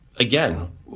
Again